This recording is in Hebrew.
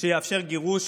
שיאפשר גירוש